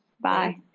Bye